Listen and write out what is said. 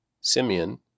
Simeon